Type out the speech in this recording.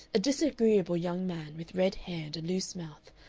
a disagreeable young man, with red hair and a loose mouth,